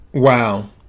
Wow